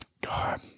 God